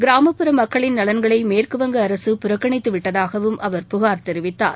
கிராமப்புற மக்களின் நலன்களை மேற்குவங்க அரசு புறக்கணித்து விட்டதாகவும் அவர் புகார் தெரிவித்தார்